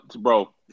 bro